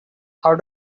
how